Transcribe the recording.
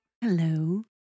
Hello